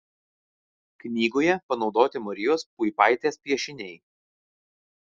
knygoje panaudoti marijos puipaitės piešiniai